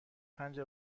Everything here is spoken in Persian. پنج